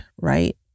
right